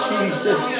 Jesus